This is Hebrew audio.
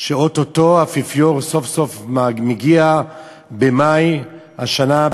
שאו-טו-טו האפיפיור סוף-סוף מגיע במאי השנה,